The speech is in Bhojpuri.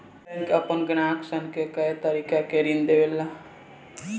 बैंक आपना ग्राहक सन के कए तरीका के ऋण देवेला